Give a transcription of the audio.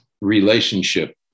relationship